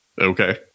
Okay